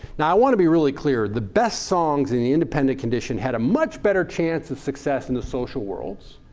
now i want to be really clear. the best songs in the independent condition had a much better chance of success in the social worlds.